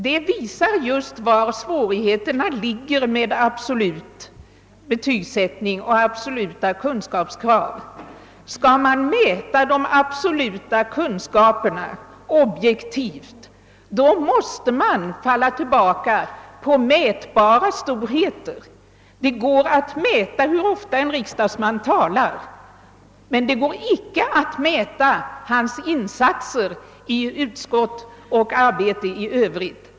Detta visar var svårigheterna med absolut betygsättning och absoluta kunskapskrav ligger. Skall man mäta de absoluta kunskaperna objektivt måste man falla tillbaka på mätbara storheter. Det går att mäta hur ofta en riksdagsman talar, men det går inte att mäta hans insatser i utskott och hans arbete i övrigt.